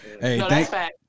Hey